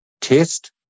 test